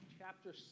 chapter